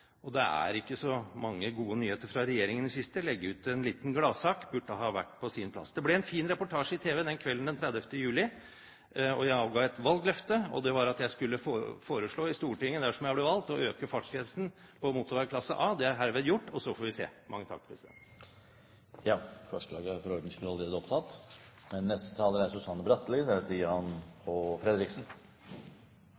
Og det har ikke vært så mange gode nyheter fra regjeringen i det siste – det å legge ut en liten gladsak burde ha vært på sin plass. Det ble en fin reportasje i tv den kvelden, den 30. juli. Jeg avga et valgløfte, og det var at jeg skulle foreslå i Stortinget, dersom jeg ble valgt, å heve fartsgrensen på motorvei klasse A. Det er herved gjort, og så får vi se. Forslaget er – for ordens skyld – allerede tatt opp. Jeg registrerer at med unntak av samferdselsministeren er